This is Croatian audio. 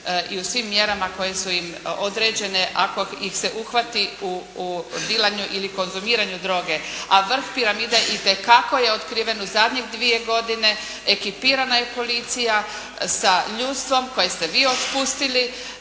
i u svim mjerama koje su im određene ako ih se uhvati u dilanju ili konzumiranju droge. A vrh piramide itekako je otkriven u zadnjih dvije godine, ekipirana je policija sa ljudstvom koje ste vi otpustili,